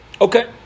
Okay